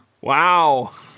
Wow